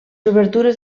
obertures